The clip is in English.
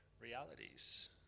realities